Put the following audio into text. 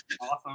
awesome